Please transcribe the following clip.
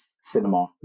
cinema